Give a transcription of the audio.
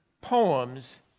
poems